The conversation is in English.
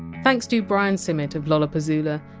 thanks to brian cimmet of lollapuzzoola,